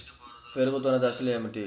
పెరుగుతున్న దశలు ఏమిటి?